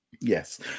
Yes